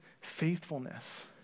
faithfulness